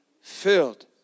filled